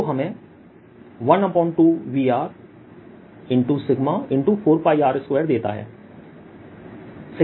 जो हमें 12VRσ4πR2देता है